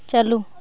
ᱪᱟᱹᱞᱩ